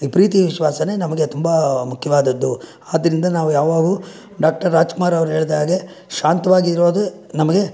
ಈ ಪ್ರೀತಿ ವಿಶ್ವಾಸವೇ ನಮಗೆ ತುಂಬ ಮುಖ್ಯವಾದದ್ದು ಆದ್ದರಿಂದ ನಾವು ಯಾವಾಗಲೂ ಡಾಕ್ಟರ್ ರಾಜ್ಕುಮಾರ್ ಅವರು ಹೇಳ್ದಾಗೆ ಶಾಂತವಾಗಿರೋದೆ ನಮಗೆ